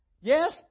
Yes